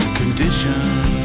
conditions